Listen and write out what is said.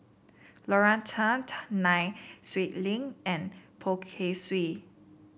Lorna Tan Nai Swee Leng and Poh Kay Swee